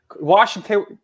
Washington